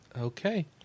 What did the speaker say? Okay